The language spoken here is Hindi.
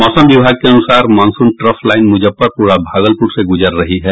मौसम विभाग के अनुसार मानसून ट्रफ लाइन मुजफ्फरपुर और भागलपुर से गुजर रही है